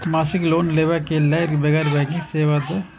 मासिक लोन लैवा कै लैल गैर बैंकिंग सेवा द?